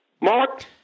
Mark